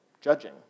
judging